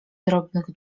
drobnych